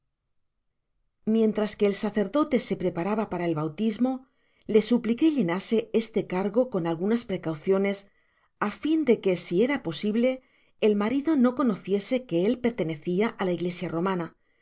mientras que el sacerdote se preparaba para el bautismo le supliqué llenase este cargo con algunas precauciones á fin de que si era posible el marido no conociese que él pertenecía la iglesia romana